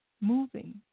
moving